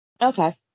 Okay